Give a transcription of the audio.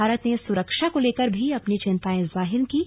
भारत ने सुरक्षा को लेकर भी अपनी चिंताएं जाहिर कीं